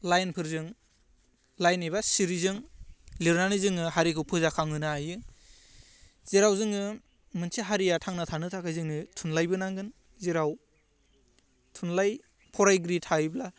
लाइनफोरजों line एबा सिरिजों लिरनानै जोङो हारिखौ फोजांखांहोनो हायो जेराव जोङो मोनसे हारिया थांना थानो थाखाय जोङो थुनलाइबो नांगोन जेराव थुनलाइ फरायगिरि थायोब्ला